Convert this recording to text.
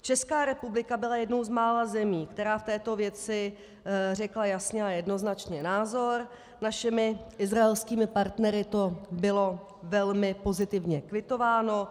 Česká republika byla jednou z mála zemí, která v této věci řekla jasně a jednoznačně názor, našimi izraelskými partnery to bylo velmi pozitivně kvitováno.